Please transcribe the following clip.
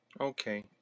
Okay